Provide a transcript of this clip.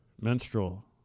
menstrual